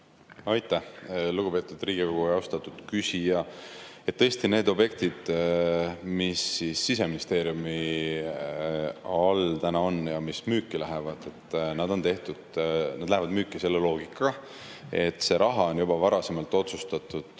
Aitäh! Lugupeetud Riigikogu! Austatud küsija! Tõesti, need objektid, mis Siseministeeriumi all täna on ja mis müüki lähevad, lähevad müüki selle loogikaga, et see raha on juba varasemalt otsustatud